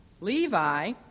Levi